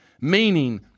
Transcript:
meaning